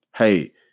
Hey